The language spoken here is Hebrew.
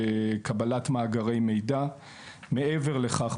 קבלת מאגרי מידע; מעבר לכך,